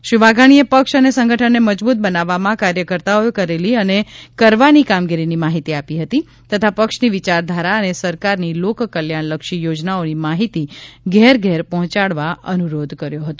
શ્રી વાઘાણીએ પક્ષ અને સંગઠનને મજબૂત બનાવવામાં કાર્યકર્તાઓએ કરેલી અને કરવાની કામગીરીની માહિતી આપી હતી તથા પક્ષની વિચારધારા અને સરકારની લોકકલ્યાણ લક્ષી યોજનાઓની માહિતી ઘેર ઘેર પહોંચાડવા અનુરોધ કર્યો હતો